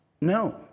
No